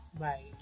Right